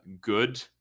good